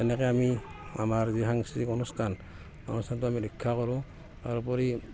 এনেকৈ আমি আমাৰ যি সাংস্কৃতিক অনুষ্ঠান অনুষ্ঠানটো আমি ৰক্ষা কৰোঁ ইয়াৰ উপৰি